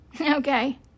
okay